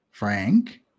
Frank